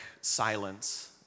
silence